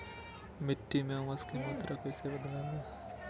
मिट्टी में ऊमस की मात्रा कैसे बदाबे?